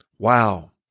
Wow